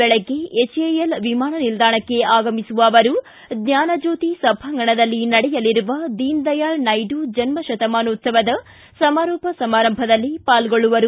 ಬೆಳಗ್ಗೆ ಎಚ್ಎಎಲ್ ವಿಮಾನ ನಿಲ್ದಾಣಕ್ಕೆ ಆಗಮಿಸುವ ಅವರು ಜ್ವಾನಜ್ಯೋತಿ ಸಭಾಂಗಣದಲ್ಲಿ ನಡೆಯಲಿರುವ ದೀನದಯಾಳ ನಾಯ್ಡು ಜನ್ಣಶತಮಾನೋತ್ಸವ ಸಮಾರೋಪ ಸಮಾರಂಭದಲ್ಲಿ ಪಾಲ್ಗೊಳ್ಳುವರು